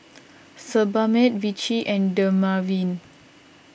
Sebamed Vichy and Dermaveen